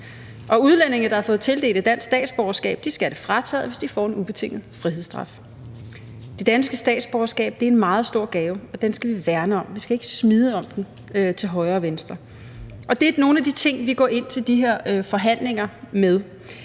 og udlændinge, der har fået tildelt et dansk statsborgerskab, skal have det frataget, hvis de får en ubetinget frihedsstraf. Det danske statsborgerskab er en meget stor gave, og den skal vi værne om; vi skal ikke smide om os med den til højre og venstre. Og det er nogle af de ting, som vi går ind til de her forhandlingerne med.